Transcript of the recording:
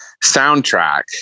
soundtrack